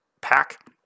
pack